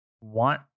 want